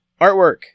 Artwork